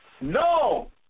No